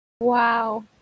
Wow